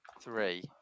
three